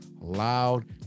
loud